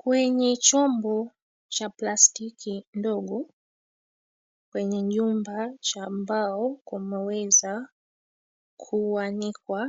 Kwenye chombo cha plastiki ndogo kwenye nyumba cha mbao kumeweza kuanikwa